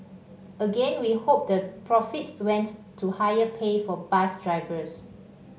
again we hope the profits went to higher pay for bus drivers